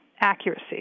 accuracy